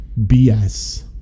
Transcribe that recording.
BS